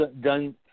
done